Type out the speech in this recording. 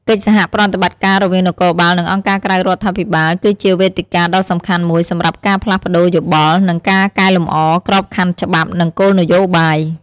កិច្ចសហប្រតិបត្តិការរវាងនគរបាល និងអង្គការក្រៅរដ្ឋាភិបាល គឺជាវេទិកាដ៏សំខាន់មួយសម្រាប់ការផ្លាស់ប្ដូរយោបល់ និងការកែលម្អក្របខណ្ឌច្បាប់ និងគោលនយោបាយ។